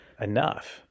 enough